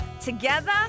together